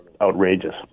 outrageous